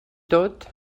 tot